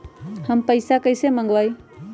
हम पैसा कईसे मंगवाई?